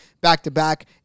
back-to-back